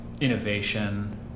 innovation